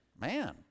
man